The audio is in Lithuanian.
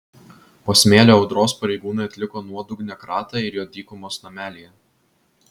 po smėlio audros pareigūnai atliko nuodugnią kratą ir jo dykumos namelyje